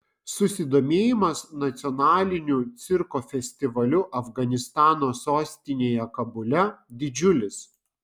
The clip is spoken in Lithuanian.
susidomėjimas nacionaliniu cirko festivaliu afganistano sostinėje kabule didžiulis